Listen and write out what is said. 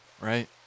right